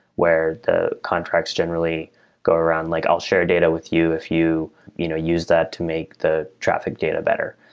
where the contracts generally go around like, i'll share data with you if you you know use that to make the traffic data better.